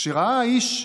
כשראה האיש,